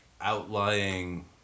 outlying